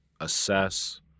assess